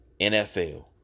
NFL